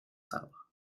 sabres